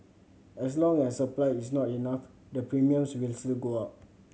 as long as supply is not enough the premiums will still go up